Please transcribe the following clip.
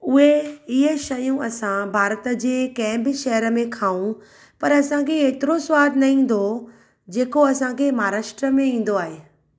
उहे इहे शयूं असां भारत जे कंहिं बि शहर में खाऊं पर असांखे एतिरो सवादु न ईंदो जेको असांखे महाराष्ट्र ईंदो आहे